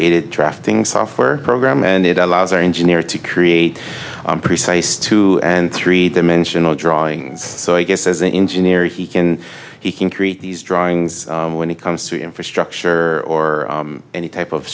aided drafting software program and it allows our engineer to create precise two and three dimensional drawings so i guess as an engineer he can he can create these drawings when it comes to infrastructure or any type of